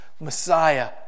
Messiah